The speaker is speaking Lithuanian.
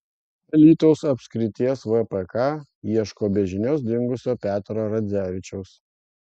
alytaus apskrities vpk ieško be žinios dingusio petro radzevičiaus